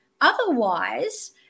otherwise